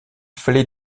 fallait